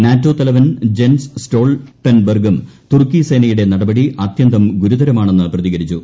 NATO തലവൻ Jens സ്റ്റോൾട്ടൺബർഗും തുർക്കി ്സ്സേൻയുടെ നടപടി അത്യന്തം ഗുരുതരമാണെന്ന് പ്രതികരിച്ചു